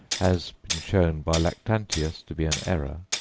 has been shown by lactantius to be an error.